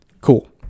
Cool